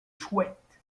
chouette